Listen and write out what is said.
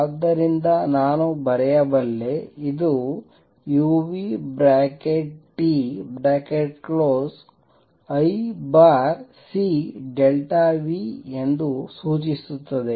ಆದ್ದರಿಂದ ನಾನು ಬರೆಯಬಲ್ಲೆ ಇದು uT Ic ಎಂದು ಸೂಚಿಸುತ್ತದೆ